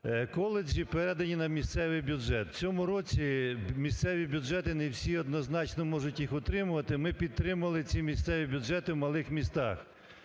Коледжі передані на місцевий бюджет. В цьому році місцеві бюджети не всі однозначно можуть їх отримувати. Ми підтримали ці місцеві бюджети в малих містах.